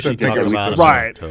Right